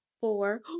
four